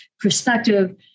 perspective